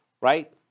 right